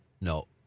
No